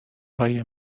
های